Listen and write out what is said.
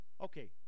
Okay